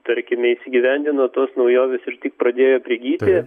tarkime įsigyvendino tos naujovės ir tik pradėjo prigyti